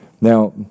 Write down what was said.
Now